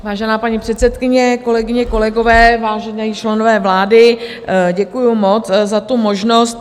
Vážená paní předsedkyně, kolegyně, kolegové, vážení členové vlády, děkuji moc za tu možnost.